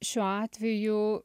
šiuo atveju